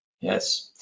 yes